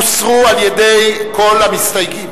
הוסרו על-ידי כל המסתייגים.